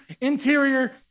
interior